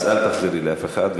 אז אל תחזירי לאף אחד,